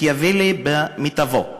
מקיאוולי במיטבו.